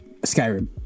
Skyrim